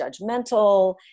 judgmental